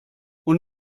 und